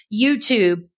YouTube